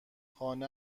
خانه